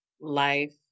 life